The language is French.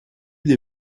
des